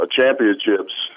championships